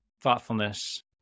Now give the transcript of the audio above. thoughtfulness